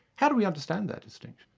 how do we understand that distinction?